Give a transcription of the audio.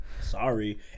Sorry